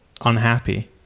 unhappy